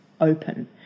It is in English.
open